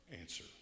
answer